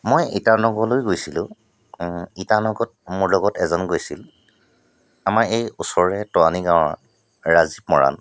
মই ইটানগৰলৈ গৈছিলোঁ ইটানগৰত মোৰ লগত এজন গৈছিল আমাৰ এই ওচৰৰে টৰানি গাঁৱৰ ৰাজীৱ মৰাণ